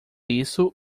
isso